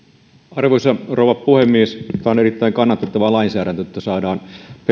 arvoisa rouva puhemies tämä on erittäin kannatettava lainsäädäntö että saadaan